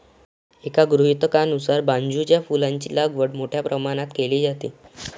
एका गृहीतकानुसार बांबूच्या फुलांची लागवड मोठ्या प्रमाणावर केली जाते